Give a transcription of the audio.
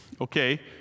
okay